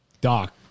doc